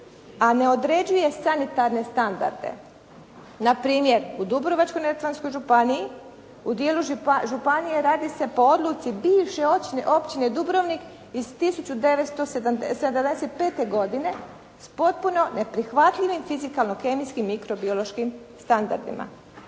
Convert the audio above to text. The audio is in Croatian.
a ne određuje sanitarne standarde. Na primjer u Dubrovačko-Neretvanskoj županiji, u dijelu županije radi se po odluci bivše općine Dubrovnik iz 1975. godine s potpuno neprihvatljivim fizikalno-kemijskim mikrobiološkim standardima.